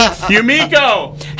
Yumiko